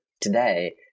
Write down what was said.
today